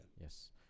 Yes